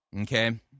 okay